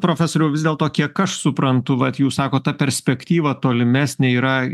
profesoriau vis dėlto kiek aš suprantu vat jūs sakot ta perspektyva tolimesnė yra